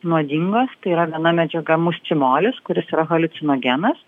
nuodingos tai yra viena medžiaga muščimolis kuris yra haliucinogenas